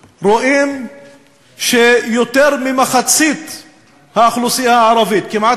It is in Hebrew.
לו: במדינה שאתה עומד בראש ממשלתה, כמעט